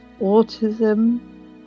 autism